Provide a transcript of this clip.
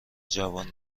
جوان